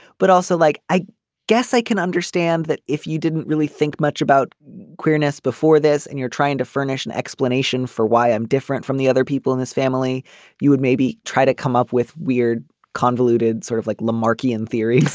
but also like i guess i can understand that if you didn't really think much about queerness before this and you're trying to furnish an explanation for why i'm different from the other people in this family you would maybe try to come up with weird convoluted sort of like la marchi and theories